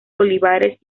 olivares